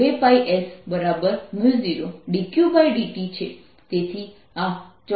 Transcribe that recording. તેથી આ B 2πs0dQdt છે